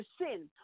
sin